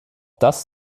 das